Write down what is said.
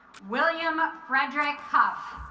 william frederick hough